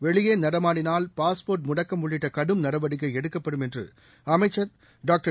வெளியே நடமாடினால் பாஸ்போாட் முடக்கம் உள்ளிட்ட கடும் நடவடிக்கை எடுக்கப்படும் அமைச்சர் டாக்டர்